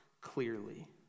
clearly